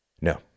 No